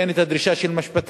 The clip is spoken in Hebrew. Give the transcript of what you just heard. שם אין דרישה של משפטן,